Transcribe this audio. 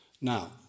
Now